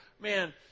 man